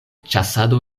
ĉasado